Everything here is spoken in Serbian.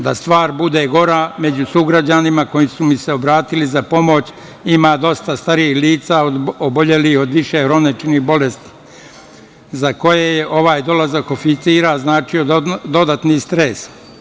Da stvar bude gora među sugrađanima koji su mi se obratili za pomoć ima dosta starijih lica obolelih od više hroničnih bolesti za koje je ovaj dolazak oficira značio dodatni stres.